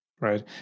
Right